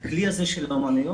הכלי הזה של האומנויות,